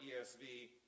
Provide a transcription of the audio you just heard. ESV